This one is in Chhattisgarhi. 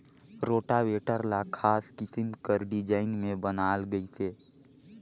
रोटावेटर ल खास किसम कर डिजईन में बनाल गइसे